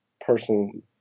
person